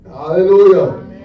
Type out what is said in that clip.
Hallelujah